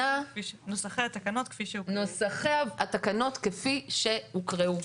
נוסחי התקנות כפי שהוקראו?